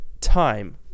time